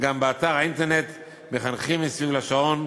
גם באתר האינטרנט "מחנכים מסביב לשעון"